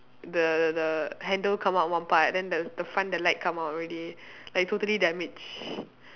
the the the handle come out one part then the the front the light come out already like totally damaged